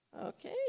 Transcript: Okay